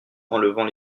enlevant